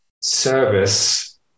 service